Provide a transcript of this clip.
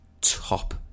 top